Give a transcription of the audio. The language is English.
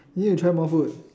you need to try more food